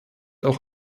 auch